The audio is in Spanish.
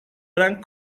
eran